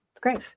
Great